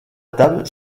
table